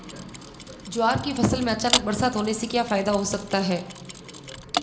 ज्वार की फसल में अचानक बरसात होने से क्या फायदा हो सकता है?